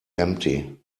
empty